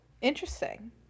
Interesting